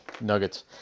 Nuggets